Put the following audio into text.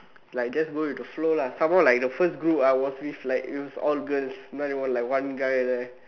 like just go with the flow lah some more like the first group I was with like it was all girls not even like one guy there